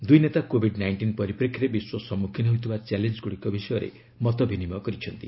ଦୁଇ ନେତା କୋବିଡ୍ ନାଇଷ୍ଟିନ୍ ପରିପ୍ରେକ୍ଷୀରେ ବିଶ୍ୱ ସମ୍ମୁଖୀନ ହେଉଥିବା ଚ୍ୟାଲେଞ୍ଜଗୁଡ଼ିକ ବିଷୟରେ ମତ ବିନିମୟ କରିଛନ୍ତି